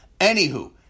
Anywho